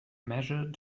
measure